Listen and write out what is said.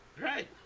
Right